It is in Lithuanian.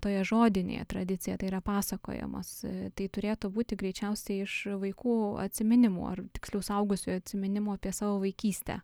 toje žodinėje tradicija tai yra pasakojamos tai turėtų būti greičiausiai iš vaikų atsiminimų ar tiksliau suaugusiųjų atsiminimų apie savo vaikystę